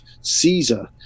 Caesar